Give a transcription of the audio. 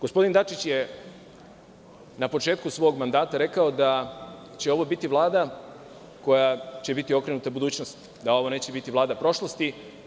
Gospodin Dačić je na početku svog mandata rekao da će ovo biti Vlada koja će biti okrenuta budućnosti, da ovo neće biti Vlada prošlosti.